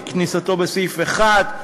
כנוסחו בסעיף 1,